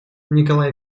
николай